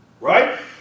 Right